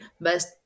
best